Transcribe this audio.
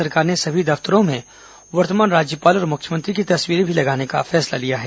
राज्य सरकार ने सभी दफ्तरों में वर्तमान राज्यपाल और मुख्यमंत्री की तस्वीरें भी लगाने का फैसला लिया है